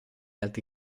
altri